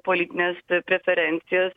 politines preferencijas